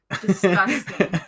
Disgusting